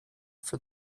for